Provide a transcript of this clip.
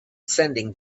sending